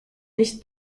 nicht